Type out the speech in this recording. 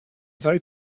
very